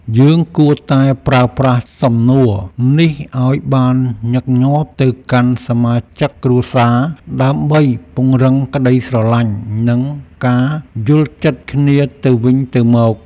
យើងគួរតែប្រើប្រាស់សំណួរនេះឱ្យបានញឹកញាប់ទៅកាន់សមាជិកគ្រួសារដើម្បីពង្រឹងក្ដីស្រឡាញ់និងការយល់ចិត្តគ្នាទៅវិញទៅមក។